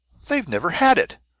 they've never had it!